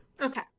Okay